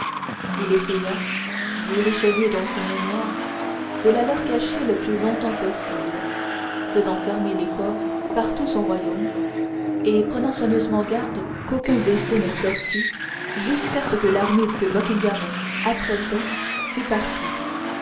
il essaya dit richelieu dans ses mémoires de la leur cacher le plus longtemps possible faisant fermer les ports par tout son royaume et prenant soigneusement garde qu'aucun vaisseau ne sortit jusqu'à ce que l'armée que buckingham apprêtait fût partie